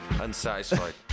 unsatisfied